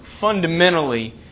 fundamentally